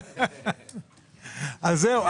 אז זהו.